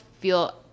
feel